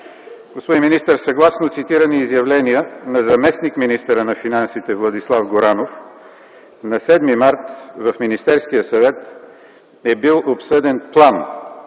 Господин министър, съгласно цитирани изявления на заместник-министъра на финансите Владислав Горанов, на 7 март в Министерския съвет е бил обсъден план